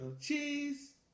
cheese